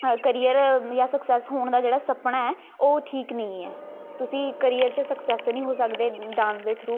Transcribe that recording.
ਅ career ਜਾਂ success ਹੋਣ ਦਾ ਜਿਹੜਾ ਸੁਪਨਾ ਹੈ ਉਹ ਠੀਕ ਨਹੀਂ ਹੈ ਤੁਸੀਂ ਕਰੀਅਰ 'ਚ ਸਕਸੈਸ ਨਹੀਂ ਹੋ ਸਕਦੇ ਡਾਂਸ ਦੇ ਥਰੂ